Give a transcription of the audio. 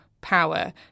power